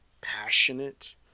passionate